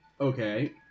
Okay